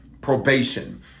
probation